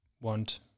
want